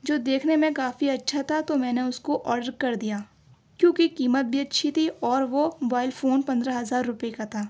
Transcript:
جو دیکھنے میں کافی اچھا تھا تو میں نے اُس کو آڈر کر دیا کیونکہ قیمت بھی اچھی تھی اور وہ موبائل فون پندرہ ہزار روپے کا تھا